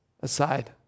aside